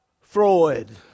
Freud